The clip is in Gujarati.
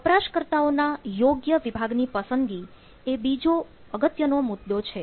વપરાશકર્તાઓ ના યોગ્ય વિભાગ ની પસંદગી એ બીજો અગત્યનો મુદ્દો છે